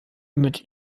mit